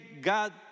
God